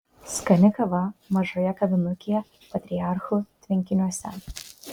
skani kava mažoje kavinukėje patriarchų tvenkiniuose